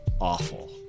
awful